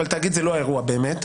אבל תאגיד זה לא האירוע באמת,